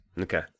Okay